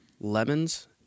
lemons—